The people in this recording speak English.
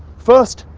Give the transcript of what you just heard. first